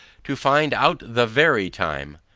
to find out the very time.